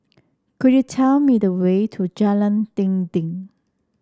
could you tell me the way to Jalan Dinding